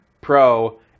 Pro